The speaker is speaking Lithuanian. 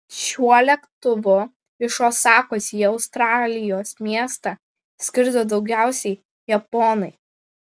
šiuo lėktuvu iš osakos į australijos miestą skrido daugiausiai japonai